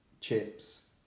chips